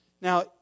Now